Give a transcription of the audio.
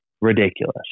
ridiculous